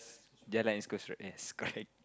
jalan East-Coast-Road yes correct